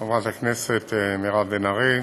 חברת הכנסת מירב בן ארי,